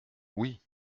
oui